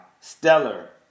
Stellar